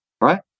right